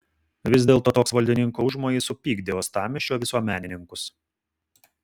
vis dėlto toks valdininkų užmojis supykdė uostamiesčio visuomenininkus